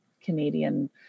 Canadian